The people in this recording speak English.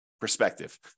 Perspective